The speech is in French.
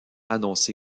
annoncé